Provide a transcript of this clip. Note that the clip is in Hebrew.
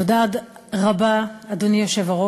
תודה רבה, אדוני היושב-ראש.